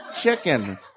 chicken